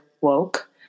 woke